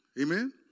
Amen